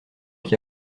qui